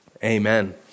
Amen